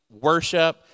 worship